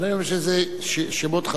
הואיל ואתה על הבמה,